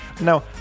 Now